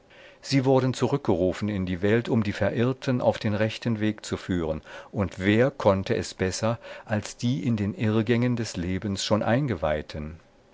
sie wurden zurückgerufen in die welt um die verirrten auf den rechten weg zu führen und wer konnte es besser als die in den irrgängen des lebens schon eingeweihten